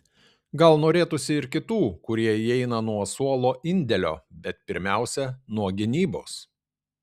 gal norėtųsi ir kitų kurie įeina nuo suolo indėlio bet pirmiausia nuo gynybos